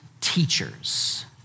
teachers